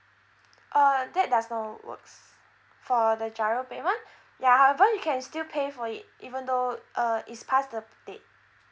uh that does not works for the GIRO payment ya however you can still pay for it even though uh is past the date